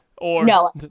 No